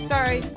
Sorry